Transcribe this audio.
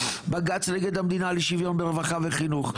בג"ץ נגד המדינה לשוויון ברווחה וחינוך.